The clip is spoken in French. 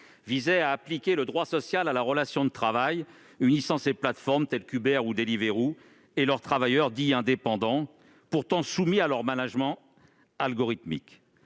visait à appliquer le droit social à la relation de travail unissant ces plateformes, telles qu'Uber ou Deliveroo, et leurs travailleurs qui sont dits « indépendants », alors qu'ils sont soumis à leur management algorithmique.